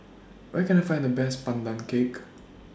Where Can I Find The Best Pandan Cake